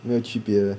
没有区别